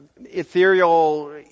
ethereal